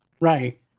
right